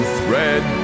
thread